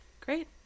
Great